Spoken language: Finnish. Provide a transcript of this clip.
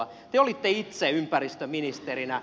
te olitte itse ympäristöministerinä